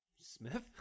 Smith